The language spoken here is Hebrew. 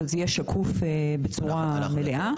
אבל זה יהיה שקוף בצורה מלאה.